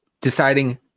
deciding